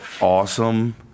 awesome